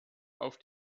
auf